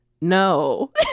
No